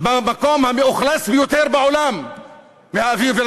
מהאוויר במקום המאוכלס ביותר בעולם ולהגיד,